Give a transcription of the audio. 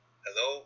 hello